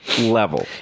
level